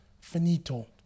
finito